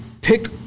Pick